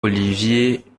olivier